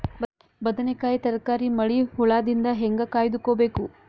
ಬದನೆಕಾಯಿ ತರಕಾರಿ ಮಳಿ ಹುಳಾದಿಂದ ಹೇಂಗ ಕಾಯ್ದುಕೊಬೇಕು?